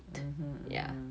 mmhmm mmhmm